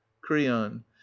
creon